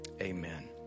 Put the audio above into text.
Amen